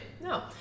No